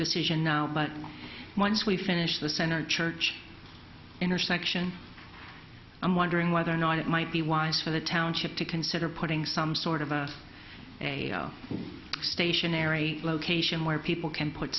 decision now but once we finish the center church intersection i'm wondering whether or not it might be wise for the township to consider putting some sort of a a stationary location where people can put